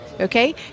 Okay